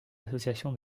association